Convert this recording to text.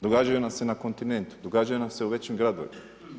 Događaju nam se na kontinentu, događaju nam se u većim gradovima.